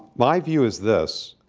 my view is this.